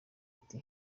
ati